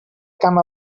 camp